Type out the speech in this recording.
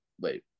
wait